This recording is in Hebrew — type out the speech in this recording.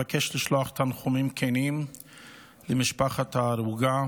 אבקש לשלוח תנחומים כנים למשפחת ההרוגה